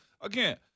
Again